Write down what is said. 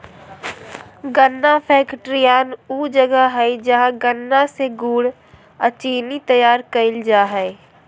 गन्ना फैक्ट्रियान ऊ जगह हइ जहां गन्ना से गुड़ अ चीनी तैयार कईल जा हइ